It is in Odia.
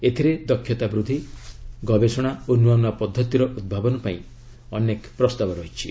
ଏଥିରେ ଦକ୍ଷତା ବୃଦ୍ଧି ଗବେଷଣା ଓ ନୂଆ ନୂଆ ପଦ୍ଧତିର ଉଦ୍ଭାବନ ପାଇଁ ଅନେକ ପ୍ରସ୍ତାବ ରହିଛି